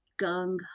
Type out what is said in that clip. gung